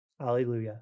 Alleluia